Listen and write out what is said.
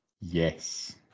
Yes